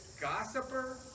gossiper